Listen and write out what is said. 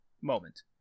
Moment